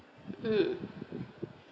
mm